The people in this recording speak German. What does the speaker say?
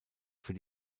für